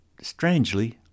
strangely